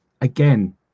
again